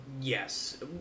Yes